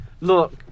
Look